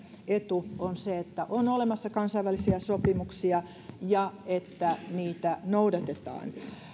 etu on se että on olemassa kansainvälisiä sopimuksia ja että niitä noudatetaan